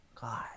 God